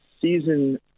season